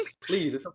please